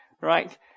right